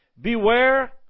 Beware